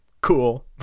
cool